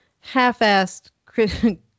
half-assed